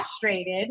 frustrated